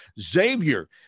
Xavier